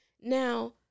Now